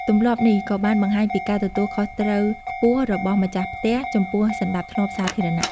ទម្លាប់នេះក៏បានបង្ហាញពីការទទួលខុសត្រូវខ្ពស់របស់ម្ចាស់ផ្ទះចំពោះសណ្តាប់ធ្នាប់សាធារណៈ។